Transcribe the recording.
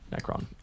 Necron